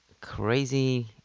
crazy